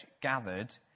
Gathered